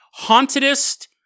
hauntedest